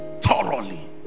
Thoroughly